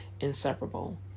inseparable